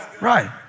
right